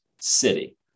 city